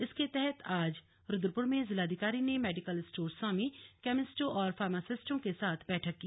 इसके तहत आज रुद्रपुर में जिलाधिकारी ने मेडिकल स्टोर स्वामी केमिस्टो और फार्मासिस्टों के साथ बैठक की